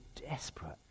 desperate